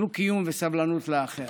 דו-קיום וסבלנות לאחר.